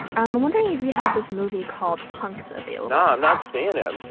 i'm i'm wondering if you have this movie called punks available um no, i'm and